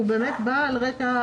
כל מה שדיברנו ולכן זה מעורר קושי.